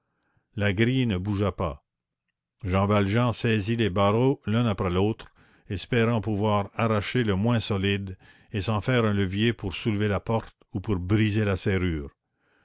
la grille ne bougea pas jean valjean saisit les barreaux l'un après l'autre espérant pouvoir arracher le moins solide et s'en faire un levier pour soulever la porte ou pour briser la serrure